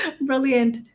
Brilliant